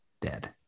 dead